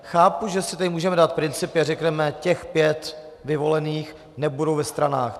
Chápu, že si tady můžeme dát principy a řekneme: těch pět vyvolených nebude ve stranách.